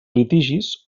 litigis